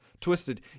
twisted